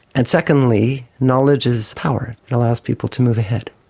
and secondly, knowledge is power, it allows people to move ahead.